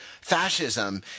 fascism